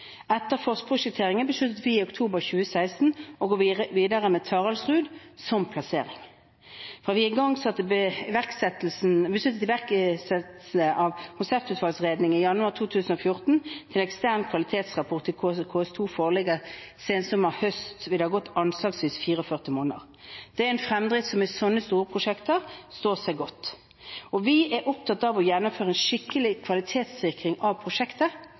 Etter forprosjekteringen besluttet vi i oktober 2016 å gå videre med Taraldrud som plassering. Fra vi besluttet igangsettelse av konseptvalgutredning, KVU, i januar 2014, og frem til ekstern kvalitetssikringsrapport, KS2, foreligger til sensommeren/høsten, vil det ha gått anslagsvis 44 måneder. Det er en fremdrift som – i sånne store prosjekter – står seg godt. Vi er opptatt av å gjennomføre en skikkelig kvalitetssikring av prosjektet.